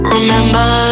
Remember